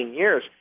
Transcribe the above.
years